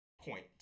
point